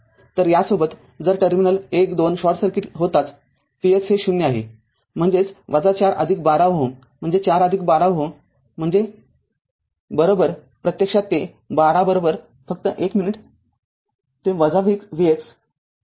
तरयासोबत जर terminal १ २ short circuit होताच Vx हे ० आहे म्हणजेच ४१२ म्हणजे ४१२ Ω प्रत्यक्षात ते १२फक्त १ मिनिट ते Vx हे ० आहे